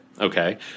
Okay